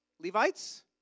Levites